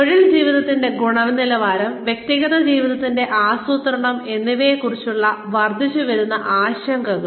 തൊഴിൽ ജീവിതത്തിന്റെ ഗുണനിലവാരം വ്യക്തിഗത ജീവിത ആസൂത്രണം എന്നിവയെ കുറിച്ചുള്ള വർദ്ധിച്ചുവരുന്ന ആശങ്കകൾ